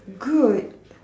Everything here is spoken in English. good